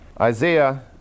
Isaiah